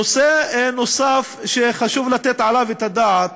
נושא נוסף שחשוב לתת עליו את הדעת